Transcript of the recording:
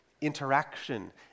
interaction